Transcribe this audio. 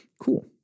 Cool